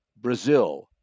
Brazil